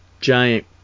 giant